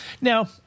now